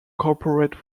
corporate